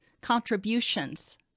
contributions